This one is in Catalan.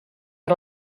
per